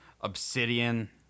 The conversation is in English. obsidian